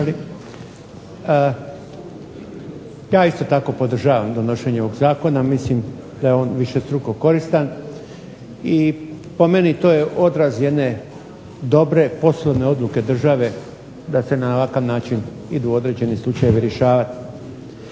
Ja isto tako podržavam donošenje ovog zakona. Mislim da je on višestruko koristan i po meni to je odraz jedne dobre poslovne odluke države da se na ovakav način idu određeni slučajevi rješavati.